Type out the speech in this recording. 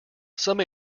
some